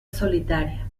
solitaria